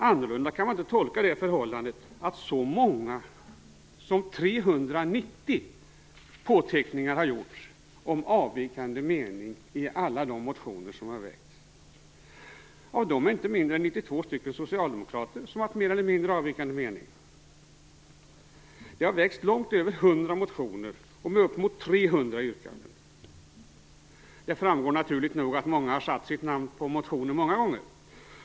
Annorlunda kan man inte tolka det förhållandet att så många som 390 påteckningar om avvikande mening har gjorts i alla de motioner som har väckts. Av dem är inte mindre än 92 stycken gjorda av socialdemokrater, som har haft mer eller mindre avvikande mening. Det har väckts långt över 100 motioner och upp emot 300 yrkanden. Det framgår naturligt nog att många har satt sitt namn på motioner flera gånger.